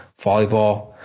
Volleyball